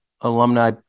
alumni